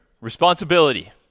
responsibility